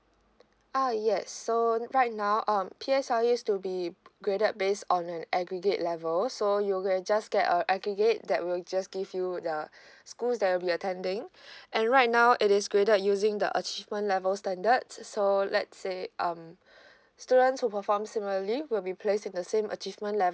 uh yes so right now um peers are used to be graded based on an aggregate level so you gonna just get a aggregate that will just give you the schools that will be attending and right now it is graded using the achievement level standards so let's say um students who perform similarly will be placed in the same achievement level